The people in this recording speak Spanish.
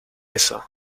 eso